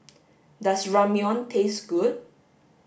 does Ramyeon taste good